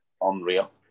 unreal